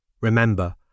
remember